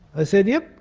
i said, yes.